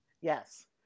Yes